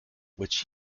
which